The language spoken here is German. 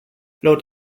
laut